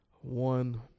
one